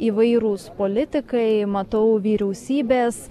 įvairūs politikai matau vyriausybės